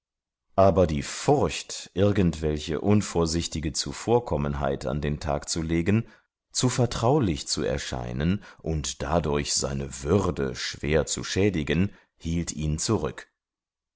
aber die furcht irgendwelche unvorsichtige zuvorkommenheit an den tag zu legen zu vertraulich zu erscheinen und dadurch seine würde schwer zu schädigen hielt ihn zurück